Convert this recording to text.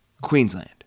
Queensland